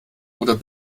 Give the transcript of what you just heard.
oder